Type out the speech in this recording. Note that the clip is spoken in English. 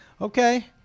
okay